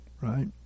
right